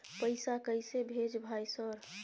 पैसा कैसे भेज भाई सर?